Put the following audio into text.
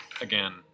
again